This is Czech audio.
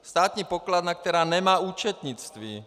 Státní pokladna, která nemá účetnictví!